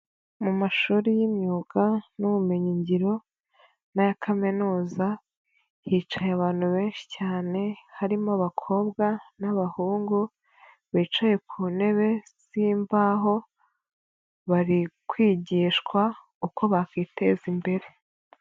Mu mashuri y'imyuga n'ubumenyingiro n'aya kaminuza hicaye abantu benshi cyane harimo abakobwa n'abahungu bicaye ku ntebe z'imbaho bari kwigishwa uko bakiteza imbere.